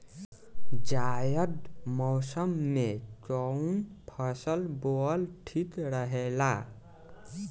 जायद मौसम में कउन फसल बोअल ठीक रहेला?